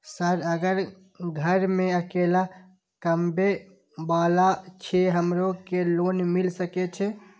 Sir अगर घर में अकेला कमबे वाला छे हमरो के लोन मिल सके छे?